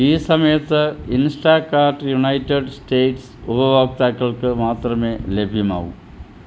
ഈ സമയത്ത് Instacart United States ഉപഭോക്താക്കൾക്ക് മാത്രമേ ലഭ്യമാകൂ